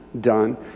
done